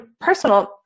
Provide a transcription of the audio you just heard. personal